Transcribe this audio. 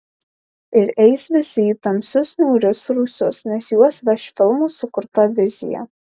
ir eis visi į tamsius niūrius rūsius nes juos veš filmų sukurta vizija